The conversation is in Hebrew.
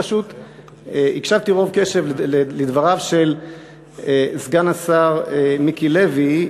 הקשבתי רוב קשב לדבריו של סגן השר מיקי לוי,